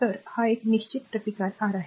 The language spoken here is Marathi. तर हा एक निश्चित प्रतिकार R आहे